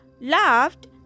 laughed